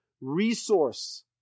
resource